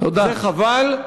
זה חבל,